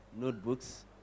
Notebooks